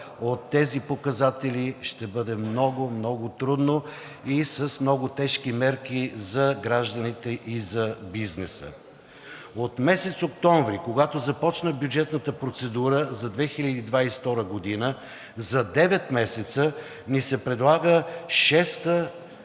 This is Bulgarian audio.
от тези показатели ще бъде много, много трудно и с много тежки мерки за гражданите и за бизнеса. От месец октомври, когато започна бюджетна процедура за 2022 г., за 9 месеца ни се предлага шеста